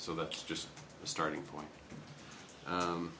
so that's just a starting point